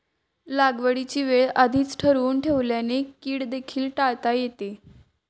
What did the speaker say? लागवडीची वेळ आधीच ठरवून ठेवल्याने कीड देखील टाळता येते